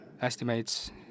estimates